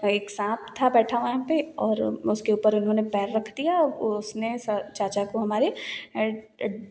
एक साँप था बैठा वहाँ पर और उसके ऊपर उन्होंने पैर रख दिया तो उसने चाचा को हमारे